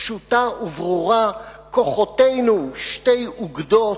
פשוטה וברורה, כוחותינו שתי אוגדות,